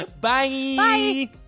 Bye